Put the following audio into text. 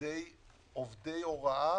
עובדי הוראה